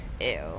Ew